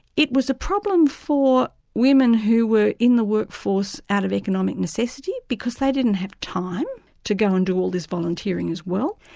it was a problem for women who were in the workforce out of economic necessity, because they didn't have time to go and do all this volunteering as well.